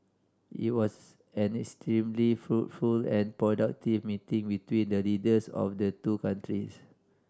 it was an extremely fruitful and productive meeting between the leaders of the two countries